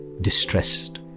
distressed